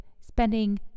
spending